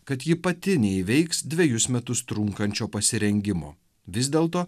kad ji pati neįveiks dvejus metus trunkančio pasirengimo vis dėlto